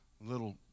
little